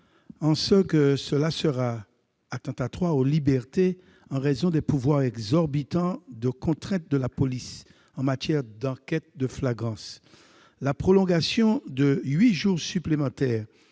Cette évolution sera attentatoire aux libertés en raison des pouvoirs exorbitants de contrainte de la police en matière d'enquête de flagrance. La prolongation de huit jours supplémentaires